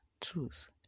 Truth